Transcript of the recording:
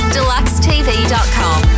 DeluxeTv.com